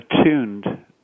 attuned